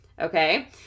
okay